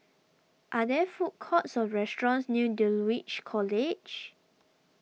are there food courts or restaurants near Dulwich College